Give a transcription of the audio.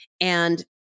And-